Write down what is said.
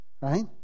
Right